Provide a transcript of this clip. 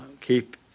Keep